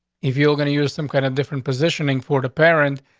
if you're going to use them. quite a different positioning for the parent,